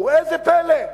וראה זה פלא,